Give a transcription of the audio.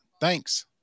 thanks